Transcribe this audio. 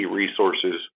resources